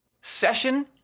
session